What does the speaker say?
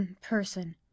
person